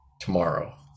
tomorrow